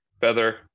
feather